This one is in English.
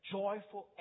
joyful